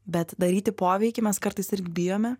bet daryti poveikį mes kartais ir bijome